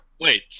Wait